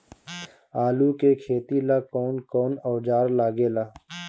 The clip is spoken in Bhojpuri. आलू के खेती ला कौन कौन औजार लागे ला?